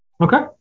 Okay